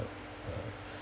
uh